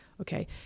Okay